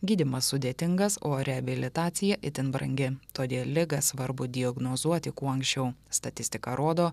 gydymas sudėtingas o reabilitacija itin brangi todėl ligą svarbu diagnozuoti kuo anksčiau statistika rodo